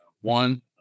One